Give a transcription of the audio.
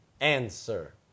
Answer